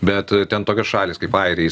bet ten tokios šalys kaip airija